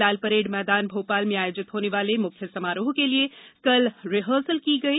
लाल parade Maidan Bhopal में आयोजित होने वाले मुख्य समारोह के लिये कल रिहर्सल की गई